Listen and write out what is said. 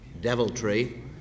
deviltry